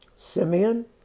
Simeon